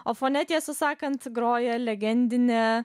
o fone tiesą sakant groja legendine